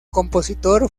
compositor